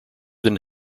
than